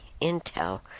Intel